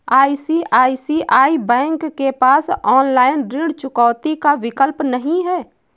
क्या ICICI bank के पास ऑनलाइन ऋण चुकौती का विकल्प नहीं है?